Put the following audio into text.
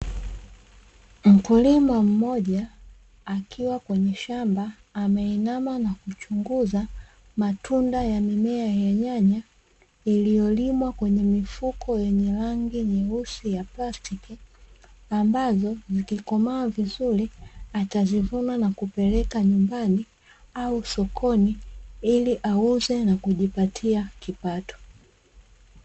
Mkulima mmoja akiwa kwenye shamba ameinama na kuchunguza matunda ya mimea ya nyanya iliyolimwa kwenye mifuko yenye rangi nyeusi ya plastic ambazo zikikomaa vizuri atazivuma na kupeleka nyumbani au sokoni ili auze na kujipatia kipato